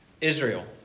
Israel